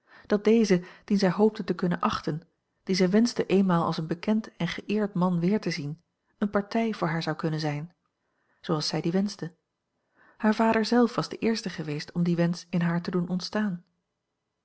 dat deze dien zij hoopte te kunnen achten dien zij wenschte eenmaal als een bekend en geëerd man weer te zien eene partij voor haar zou kunnen zijn zooals zij die wenschte haar vader zelf was de eerste geweest om dien wensch in haar te doen ontstaan